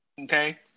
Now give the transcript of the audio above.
Okay